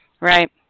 Right